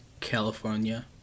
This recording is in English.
California